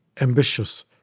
ambitious